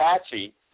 Apache –